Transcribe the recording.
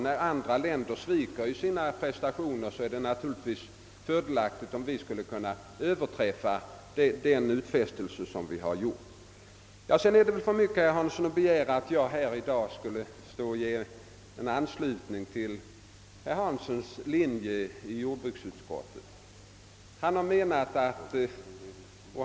När andra länder sviker i sina prestationer är det naturligtvis fördelaktigt om vi kan överträffa den utfästelse som vi har gjort. Det är väl för mycket, herr Hansson, att begära att jag i dag skall ge min anslutning till herr Hanssons linje i jordbruksutredningen.